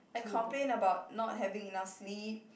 I complain about not having enough sleep